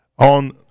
On